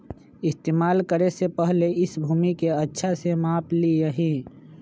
इस्तेमाल करे से पहले इस भूमि के अच्छा से माप ली यहीं